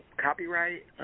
Copyright